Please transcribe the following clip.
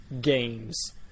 games